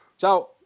Ciao